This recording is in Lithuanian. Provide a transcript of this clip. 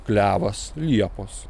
klevas liepos